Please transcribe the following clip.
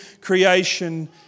creation